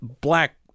black